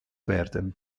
werden